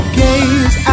gaze